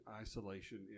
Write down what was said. isolation